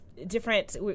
Different